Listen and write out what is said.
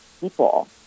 people